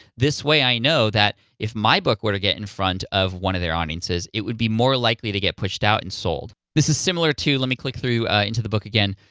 this way i know that if my book were to get in front of one of their audiences, it would be more likely to get pushed out and sold. this is similar to, let me click through into the book again,